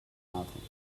nothing